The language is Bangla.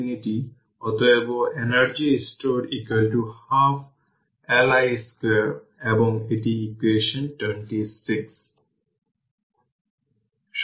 এখন B পার্ট C1 এ স্টোরড ইনিশিয়াল এনার্জি